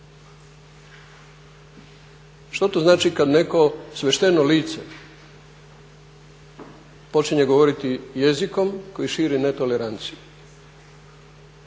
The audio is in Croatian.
što to znači kad netko … lice počinje govoriti jezikom koji širi netoleranciju?